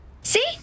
See